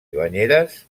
banyeres